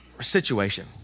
Situation